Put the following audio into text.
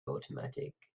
automatic